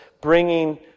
bringing